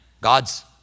God's